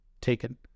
taken